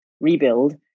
Rebuild